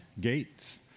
gates